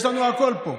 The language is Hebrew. יש לנו הכול פה.